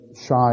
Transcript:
shy